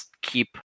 keep